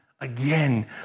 again